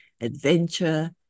adventure